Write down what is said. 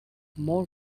more